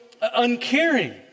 uncaring